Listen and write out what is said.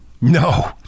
No